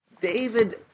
david